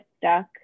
stuck